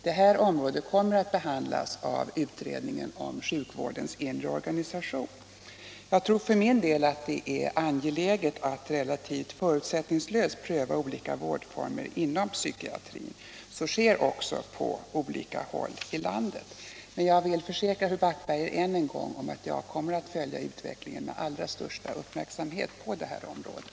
Det området kommer att behandlas av utredningen om sjukvårdens inre organisation. Jag tror för min del att det är angeläget att relativt förutsättningslöst pröva olika vårdformer inom psykiatrin. Så sker också på olika håll i landet. Men jag vill försäkra fru Backberger än en gång att jag kommer att följa utvecklingen på det här området med allra största uppmärksamhet.